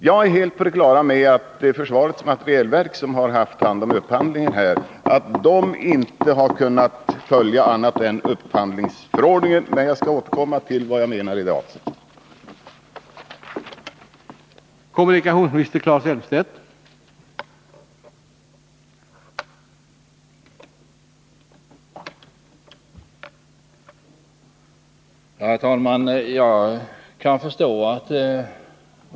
Jag är helt på det klara med att försvarets materielverk, som har haft hand om upphandlingen, inte har kunnat följa annat än upphandlingsförordningen. Jag skall återkomma till vad jag menar i det avseendet.